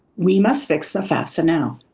we must fix the fafsa now.